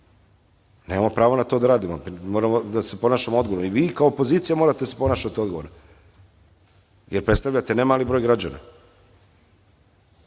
delo. Nemamo pravo to da radimo, moramo da se ponašamo odgovorno i vi kao opozicija morate da se ponašate odgovorno, jer predstavljate nemali broj građana,